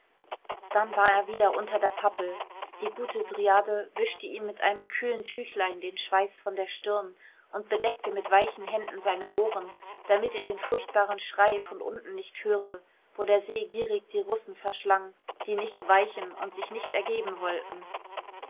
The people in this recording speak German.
dann war er wieder unter der pappel die gute dryade wischte ihm mit einem kühlen tüchlein den schweiß von der stirn und bedeckte mit weichen händen seine ohren damit er den furchtbaren schrei von unten nicht höre wo der see gierig die russen verschlang die nicht weichen und sich nicht ergeben wollten